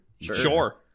sure